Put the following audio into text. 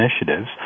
initiatives